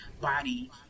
body